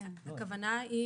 הכוונה היא